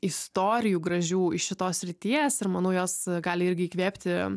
istorijų gražių iš šitos srities ir manau jos gali irgi įkvėpti